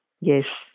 Yes